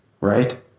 right